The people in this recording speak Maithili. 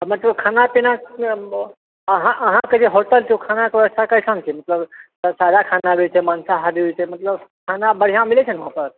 आ मतलब खाना पीना हँ अहाँके जे होटल छै ओ खाना के व्यवस्था कइसन छै मतलब सादा खाना दै छियै मांसाहारी छै मतलब खाना बढिया मिलै छै नऽ ओतऽ